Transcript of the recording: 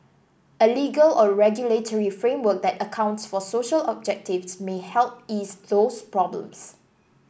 a legal or regulatory framework that accounts for social objectives may help ease those problems